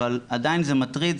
אבל עדיין זה מטריד,